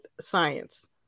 science